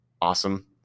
awesome